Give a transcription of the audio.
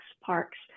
parks